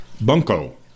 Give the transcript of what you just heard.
Bunko